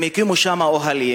הם הקימו שם אוהלים,